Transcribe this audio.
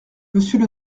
monsieur